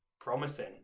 promising